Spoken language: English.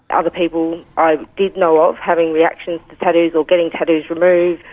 other people i did know of having reactions to tattoos or getting tattoos removed,